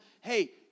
Hey